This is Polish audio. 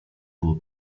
było